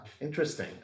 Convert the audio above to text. interesting